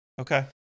Okay